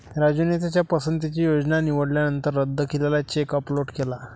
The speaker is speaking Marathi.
राजूने त्याच्या पसंतीची योजना निवडल्यानंतर रद्द केलेला चेक अपलोड केला